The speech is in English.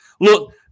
Look